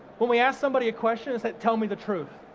when we ask somebody a question, is that tell me the truth.